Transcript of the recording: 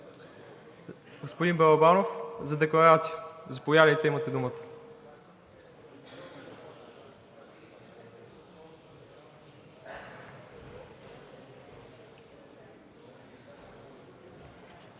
Господин Балабанов, за декларация – заповядайте, имате думата.